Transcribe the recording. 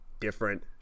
different